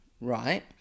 right